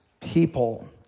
people